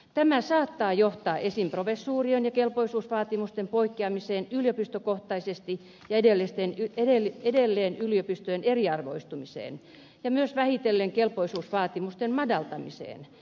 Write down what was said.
tämä saattaa johtaa esimerkiksi professuurien ja kelpoisuusvaatimusten poikkeamiseen yliopistokohtaisesti ja edelleen yliopistojen eriarvoistumiseen ja myös vähitellen kelpoisuusvaatimusten madaltamiseen